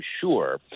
sure